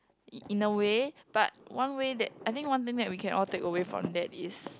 in in a way but one way that I think one thing that we can all take away from that is